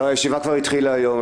לא, הישיבה כבר התחילה היום.